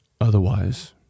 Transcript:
Otherwise